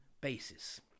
basis